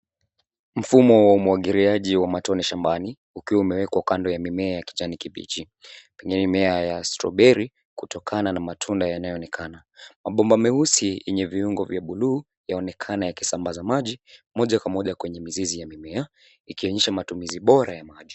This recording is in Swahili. Mfumo wa umwagiliaji wa matone shambani ukiwa umewekwa kando ya mimea ya kijani kibichi, pengine mimea ya strawberry kutokana na matunda yanayoonekana. Mabomba meusi yenye viungo vya buluu yaonekana yakisambaza maji moja kwa moja kwenye mizizi ya mimea ikionyesha matumizi bora ya maji.